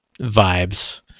vibes